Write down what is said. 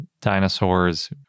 dinosaurs